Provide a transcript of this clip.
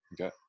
Okay